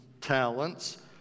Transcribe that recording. talents